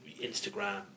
instagram